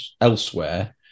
elsewhere